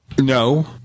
no